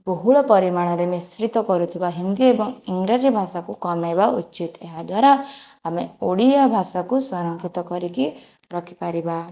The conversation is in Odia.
ବହୁଳ ପରିମାଣରେ ମିଶ୍ରିତ କରୁଥିବା ହିନ୍ଦୀ ଏବଂ ଇଂରାଜୀ ଭାଷାକୁ କମାଇବା ଉଚିତ ଏହାଦ୍ଵାରା ଆମେ ଓଡ଼ିଆ ଭାଷାକୁ ସଂରକ୍ଷିତ କରିକି ରଖିପାରିବା